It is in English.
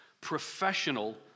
professional